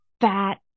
fat